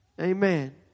Amen